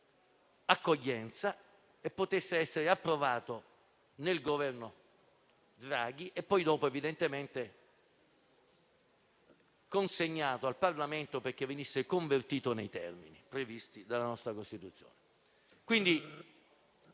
accoglienza e potessero essere approvate nel Governo Draghi e poi evidentemente consegnate al Parlamento, perché il decreto-legge venisse convertito nei termini previsti dalla nostra Costituzione.